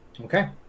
okay